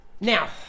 Now